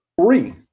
Three